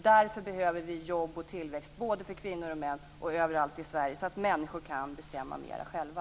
Därför behöver vi jobb och tillväxt, både för kvinnor och män, överallt i Sverige, så att människor kan bestämma mer själva.